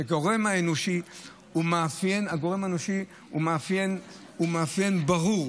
שבו הגורם האנושי הוא מאפיין ברור.